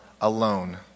alone